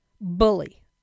bully